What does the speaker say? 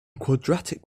quadratic